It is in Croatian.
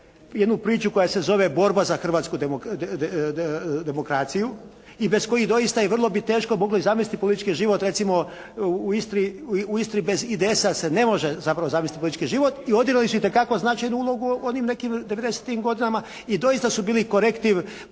jednu priču koja se zove borba za hrvatsku demokraciju i bez kojih doista i vrlo bi teško mogli i zamisliti politički život recimo u Istri bez IDS-a se ne može zapravo zamisliti politički život i odigrali su itekeko značajnu ulogu u tim nekim 90-tim godinama i doista su bili korektiv određenih